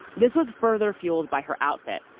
this was further fueled by her outfit,